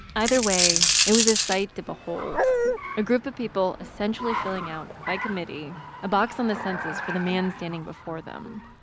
either way, it was a sight to behold a group of people essentially filling out by committee a box on the census for the man standing before them.